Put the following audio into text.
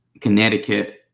Connecticut